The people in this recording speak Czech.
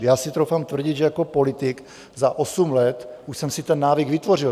Já si troufám tvrdit, že jako politik za osm let už jsem si ten návyk vytvořil.